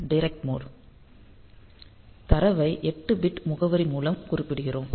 direct mode தரவை 8 bit முகவரி மூலம் குறிப்பிடுகிறோம்